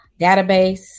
database